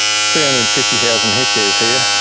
three hundred and fifty thousand hectares here,